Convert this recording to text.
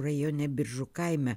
rajone biržų kaime